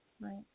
Right